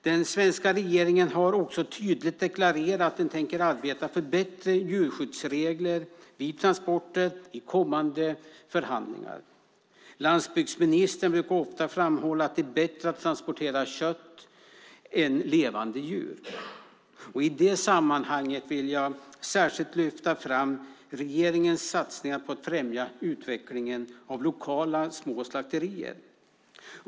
Den svenska regeringen har också tydligt deklarerat att den tänker arbeta för bättre djurskyddsregler vid transporter i kommande förhandlingar. Landsbygdsministern brukar ofta framhålla att det är bättre att transportera kött än levande djur. I det sammanhanget vill jag särskilt lyfta fram regeringens satsning för att främja utvecklingen av lokala små slakterier.